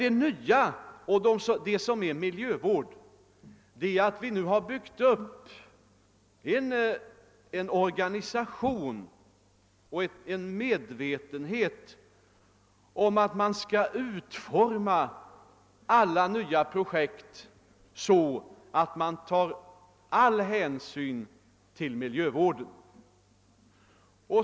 Det nya som miljövården fört med sig är emellertid att vi nu har byggt upp en organisation för och skapat en medvetenhet om att alla nya projekt skall utformas med största möjliga hänsyn till miljökraven.